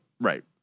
Right